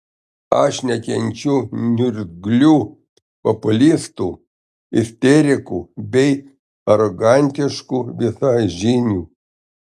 aš nekenčiu niurzglių populistų isterikų bei arogantiškų visažinių